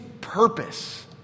purpose